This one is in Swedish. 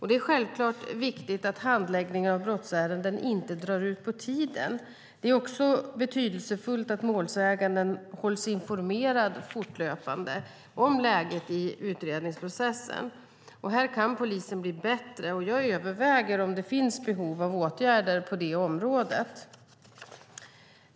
Det är självfallet viktigt att handläggningen av brottsärenden inte drar ut på tiden. Det är också betydelsefullt att målsäganden hålls informerad fortlöpande om läget i utredningsprocessen. Här kan polisen bli bättre, och jag överväger om det finns behov av åtgärder på det området.